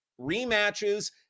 rematches